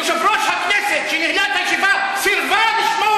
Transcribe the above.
היושבת-ראש שניהלה את הישיבה סירבה לשמוע